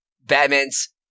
batman's